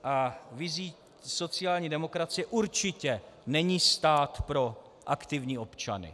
A vizí sociální demokracie určitě není stát pro aktivní občany.